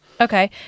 okay